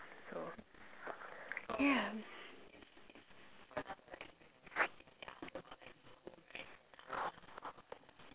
so yeah